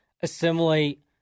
assimilate